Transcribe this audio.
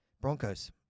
Broncos